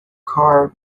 car